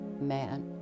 man